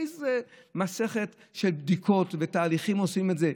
באיזו מסכת של בדיקות ותהליכים עושים את זה.